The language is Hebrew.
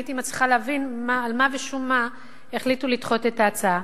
הייתי מצליחה להבין על מה ושום מה החליטו לדחות את ההצעה.